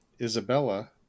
isabella